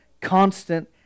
constant